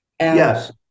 Yes